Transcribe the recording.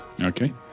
Okay